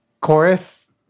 chorus